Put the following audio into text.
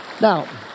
Now